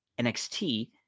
NXT